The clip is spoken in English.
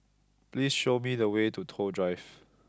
please show me the way to Toh Drive